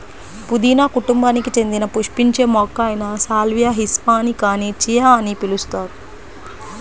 పుదీనా కుటుంబానికి చెందిన పుష్పించే మొక్క అయిన సాల్వియా హిస్పానికాని చియా అని పిలుస్తారు